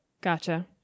Gotcha